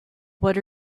what